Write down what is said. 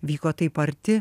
vyko taip arti